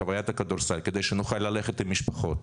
חווית הכדורסל כדי שנוכל ללכת עם המשפחות